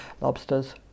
lobsters